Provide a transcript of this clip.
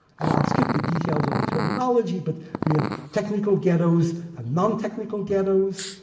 and i'll skip the details on the terminology, but we have technical ghettos and nontechnical ghettos.